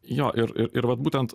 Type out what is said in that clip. jo ir ir vat būtent